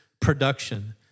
production